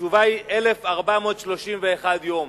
התשובה היא 1,431 יום,